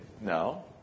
No